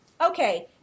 okay